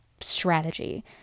strategy